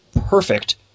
perfect